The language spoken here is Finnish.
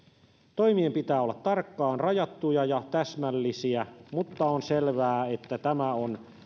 toimien pitää olla tarkkaan rajattuja ja täsmällisiä mutta on selvää että tämä on